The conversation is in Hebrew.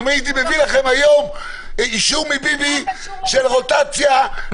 אם הייתי מביא לכם היום אישור מביבי של רוטציה -- מה קשור רוטציה?